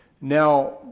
Now